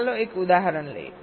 ચાલો એક ઉદાહરણ લઈએ